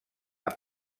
amb